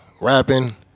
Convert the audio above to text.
rapping